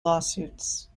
lawsuits